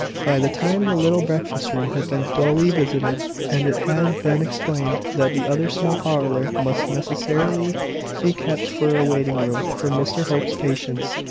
by the time the little breakfast-room had been duly visited, and it had been explained that the other small parlour must necessarily be kept for a waiting-room for mr hope's patients,